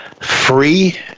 free